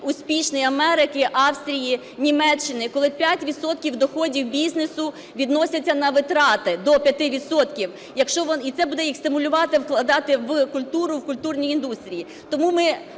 успішних, Америки, Австрії, Німеччини, коли 5 відсотків доходів бізнесу відносяться на витрати, до 5 відсотків. І це буде їх стимулювати вкладати в культуру, в культурні індустрії. Тому ми,